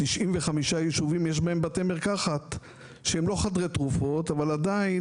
ב-95 יישובים יש בתי מרקחת שהם לא חדרי תרופות אבל עדיין